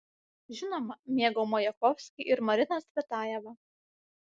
žinoma mėgau majakovskį ir mariną cvetajevą